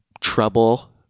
trouble